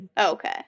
Okay